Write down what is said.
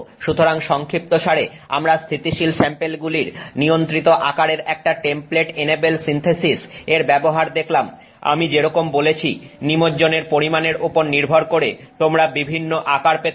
সুতরাং সংক্ষিপ্তসারে আমরা স্থিতিশীল স্যাম্পেলগুলির নিয়ন্ত্রিত আকারের একটা টেমপ্লেট এনেবেল সিন্থেসিস এর ব্যবহার দেখলাম আমি যেরকম বলেছি নিমজ্জনের পরিমাণের ওপর নির্ভর করে তোমরা বিভিন্ন আকার পেতে পারো